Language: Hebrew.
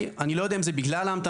אני לא יודע אם זה בגלל ההמתנה.